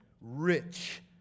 rich